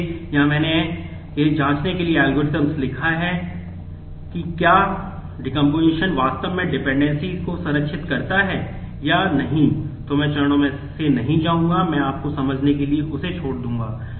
इसलिए यहां मैंने यह जांचने के लिए एल्गोरिथ्म दिखाऊंगा